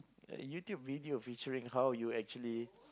YouTube video featuring how you actually